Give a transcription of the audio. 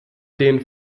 den